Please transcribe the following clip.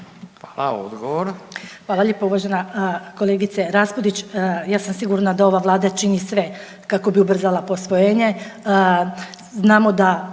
Ljubica (HDZ)** Hvala lijepo uvažena kolegice Raspudić. Ja sam sigurna da ova vlada čini sve kako bi ubrzala posvojenje. Znamo da